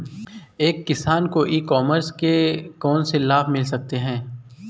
एक किसान को ई कॉमर्स के कौनसे लाभ मिल सकते हैं?